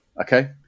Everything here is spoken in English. Okay